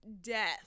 death